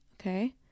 Okay